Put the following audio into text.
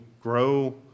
grow